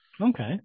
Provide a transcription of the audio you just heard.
Okay